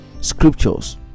scriptures